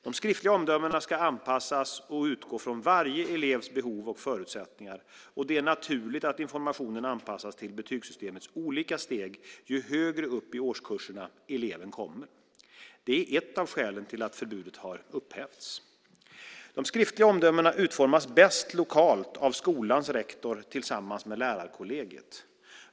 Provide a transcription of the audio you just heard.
De skriftliga omdömena ska anpassas och utgå från varje elevs behov och förutsättningar, och det är naturligt att informationen anpassas till betygssystemets olika steg ju högre upp i årskurserna eleven kommer. Det är ett av skälen till att förbudet har upphävts. De skriftliga omdömena utformas bäst lokalt av skolans rektor tillsammans med lärarkollegiet.